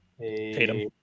Tatum